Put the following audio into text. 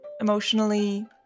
emotionally